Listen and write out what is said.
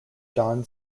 don